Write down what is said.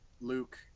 Luke